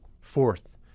Fourth